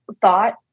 thought